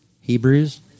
Hebrews